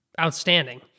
outstanding